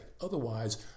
otherwise